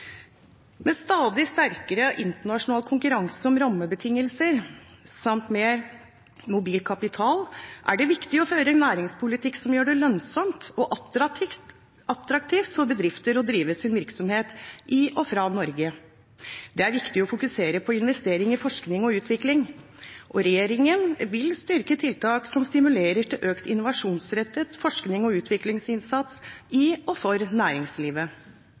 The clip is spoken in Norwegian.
Med stadig sterkere internasjonal konkurranse om rammebetingelser samt mer mobil kapital er det viktig å føre en næringspolitikk som gjør det lønnsomt og attraktivt for bedrifter å drive sin virksomhet i og fra Norge. Det er viktig å fokusere på investering i forskning og utvikling. Regjeringen vil styrke tiltak som stimulerer til økt innovasjonsrettet forskning og utviklingsinnsats i og for næringslivet.